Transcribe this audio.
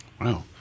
Wow